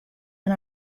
and